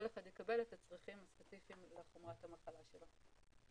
אחד יוכל לקבל את הצרכים הספציפיים לחומרת המחלה שלו.